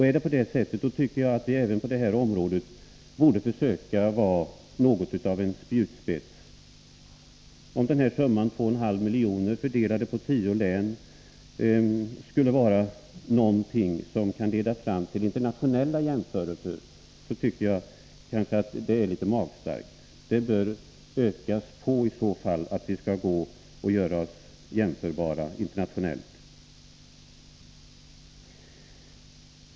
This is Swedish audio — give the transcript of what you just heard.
Är det så tycker jag att vi på detta område borde försöka vara något av en spjutspets. Om denna summa på 2,5 miljoner, fördelade på tio län, skulle vara någonting som kan leda fram till internationella jämförelser, tycker jag att det är litet magstarkt. Den bör i så fall ökas, så att vi kan göra oss jämförbara internationellt.